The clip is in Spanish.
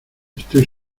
estoy